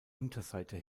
unterseite